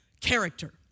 character